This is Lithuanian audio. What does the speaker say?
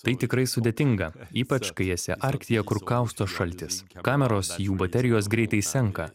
tai tikrai sudėtinga ypač kai esi arktyje kur kausto šaltis kameros jų baterijos greitai senka